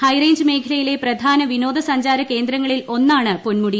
high range മേഖലയിലെ പ്രധാന വിനോദ സഞ്ചാര കേന്ദ്രങ്ങളിൽ ഒന്നാണ് പൊന്മുടി